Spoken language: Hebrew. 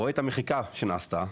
רואה את המחיקה שנעשתה,